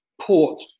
port